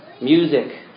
music